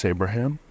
Abraham